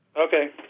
Okay